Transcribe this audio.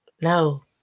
No